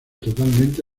totalmente